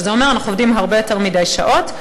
שזה אומר: אנחנו עובדים הרבה יותר מדי שעות,